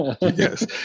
Yes